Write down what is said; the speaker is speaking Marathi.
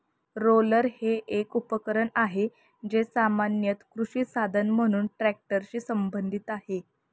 रोलर हे एक उपकरण आहे, जे सामान्यत कृषी साधन म्हणून ट्रॅक्टरशी संबंधित आहे